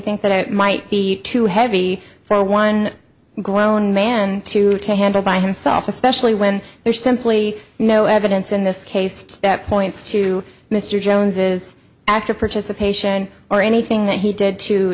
think that it might be too heavy for one grown man to take handle by himself especially when there's simply no evidence in this case that points to mr jones's active participation or anything that he did t